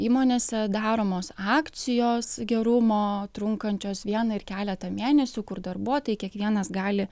įmonėse daromos akcijos gerumo trunkančios vieną ir keletą mėnesių kur darbuotojai kiekvienas gali